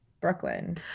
Brooklyn